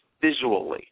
visually